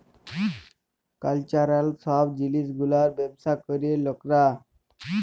cultural সব জিলিস গুলার ব্যবসা ক্যরে লকরা